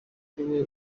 ariwe